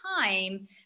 time